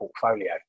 portfolio